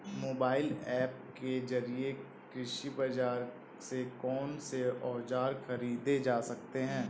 Mobile app के जरिए कृषि बाजार से कौन से औजार ख़रीदे जा सकते हैं?